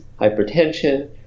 hypertension